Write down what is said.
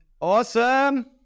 awesome